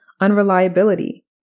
unreliability